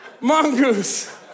mongoose